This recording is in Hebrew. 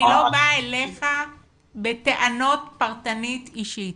אני לא פונה אליך בטענות פרטנית אישית.